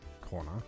corner